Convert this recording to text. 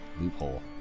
Loophole